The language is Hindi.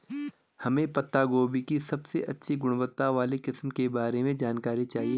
हमें पत्ता गोभी की सबसे अच्छी गुणवत्ता वाली किस्म के बारे में जानकारी चाहिए?